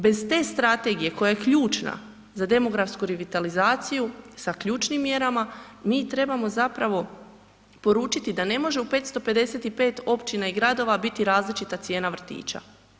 Bez te strategije koja je ključna za demografsku revitalizaciju sa ključnim mjerama mi trebamo zapravo poručiti da ne može u 555 općina i gradova biti različita cijena vrtića.